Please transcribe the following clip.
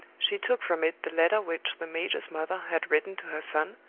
she took from it the letter which the major's mother had written to her son,